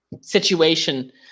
situation